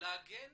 להגן